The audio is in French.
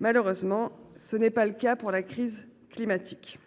mais tel n’est pas le cas de la crise climatique.